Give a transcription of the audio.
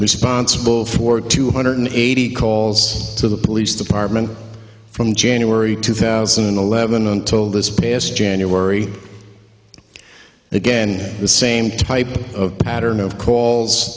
responsible for two hundred eighty calls to the police department from january two thousand and eleven until this past january again the same type of pattern of calls